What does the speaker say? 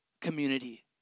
community